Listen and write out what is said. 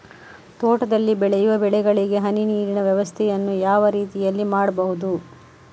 ತೋಟದಲ್ಲಿ ಬೆಳೆಯುವ ಬೆಳೆಗಳಿಗೆ ಹನಿ ನೀರಿನ ವ್ಯವಸ್ಥೆಯನ್ನು ಯಾವ ರೀತಿಯಲ್ಲಿ ಮಾಡ್ಬಹುದು?